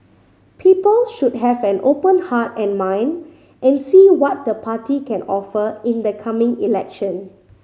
people should have an open heart and mind and see what the party can offer in the coming election